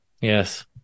Yes